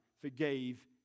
forgave